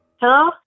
Hello